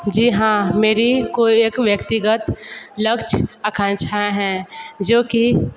जी हाँ मेरी कोई एक व्यक्तिगत लक्ष्य आकांक्षाएँ हैं जो कि